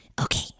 Okay